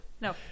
No